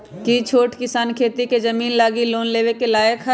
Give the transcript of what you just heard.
कि छोट किसान खेती के जमीन लागी लोन लेवे के लायक हई?